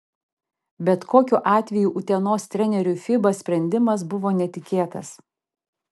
bet kokiu atveju utenos treneriui fiba sprendimas buvo netikėtas